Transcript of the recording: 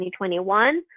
2021